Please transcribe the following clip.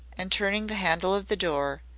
and turning the handle of the door,